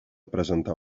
presentar